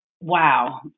wow